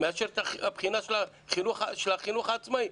מאשר את הבחינה של החינוך העצמאי.